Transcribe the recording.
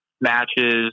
matches